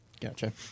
Gotcha